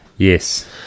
yes